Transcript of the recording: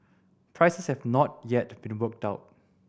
prices have not yet been worked out